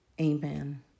Amen